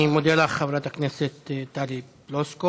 אני מודה לך, חברת הכנסת טלי פלוסקוב,